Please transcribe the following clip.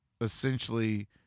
essentially